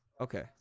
Okay